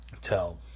tell